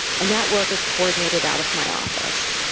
and that work is coordinated out of my office.